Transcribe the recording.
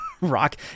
Rock